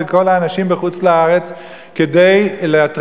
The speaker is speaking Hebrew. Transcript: זה דבר שמעבר לגדלותו ולמסירות נפשו